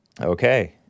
Okay